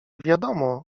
wiadomo